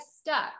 stuck